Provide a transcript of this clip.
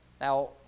Now